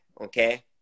okay